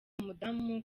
mudamu